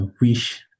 wish